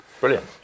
Brilliant